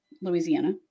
Louisiana